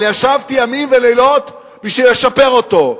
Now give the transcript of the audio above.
אבל ישבתי ימים ולילות בשביל לשפר אותו.